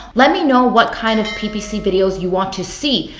let me know what kind of ppc videos you want to see.